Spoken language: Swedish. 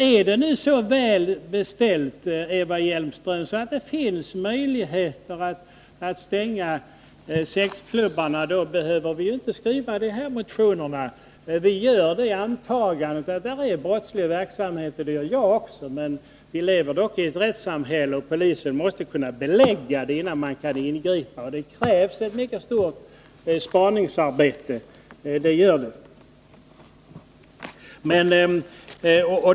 Är det så väl beställt, Eva Hjelmström, att det finns möjligheter att stänga sexklubbarna, då behöver vi ju inte skriva sådana här motioner. Vi gör antagandet att det förekommer brottslig verksamhet vid sådana här klubbar. Vi lever dock i ett rättssamhälle, och polisen måste kunna belägga brott, innan den kan ingripa. För detta krävs ett mycket omfattande spaningsarbete.